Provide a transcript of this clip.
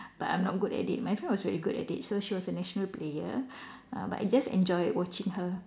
but I'm not good at it my friend was very good at it so she was a national national player uh but I just enjoy watching her